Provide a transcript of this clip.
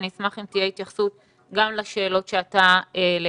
אשמח אם תהיה התייחסות גם לשאלות שאתה העלית.